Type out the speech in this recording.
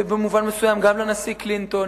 ובמובן מסוים גם לנשיא קלינטון,